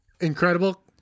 incredible